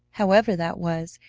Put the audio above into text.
however that was,